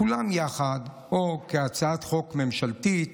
כולם יחד או כהצעת חוק ממשלתית